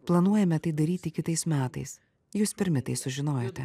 planuojame tai daryti kitais metais jūs pirmi tai sužinojote